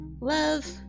Love